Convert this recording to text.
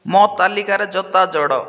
ମୋ ତାଲିକାରେ ଜୋତା ଯୋଡ଼